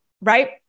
right